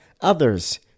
others